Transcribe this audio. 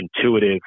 intuitive